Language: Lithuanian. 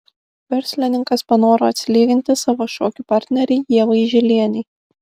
verslininkas panoro atsilyginti savo šokių partnerei ievai žilienei